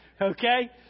okay